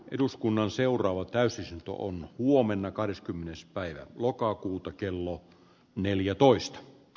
eduskunnan seuraava täysistuntoon huomenna kahdeskymmenes päivä lokakuuta kello neljätoista d